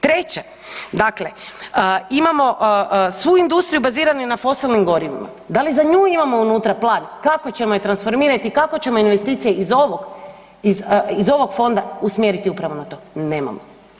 Treće, dakle, imamo svu industriju baziranu na fosilnim gorivima, da li za nju imamo unutra plan kako ćemo je transformirati i kako ćemo investicije iz ovog, iz ovog fonda usmjeriti upravo na to, nemamo.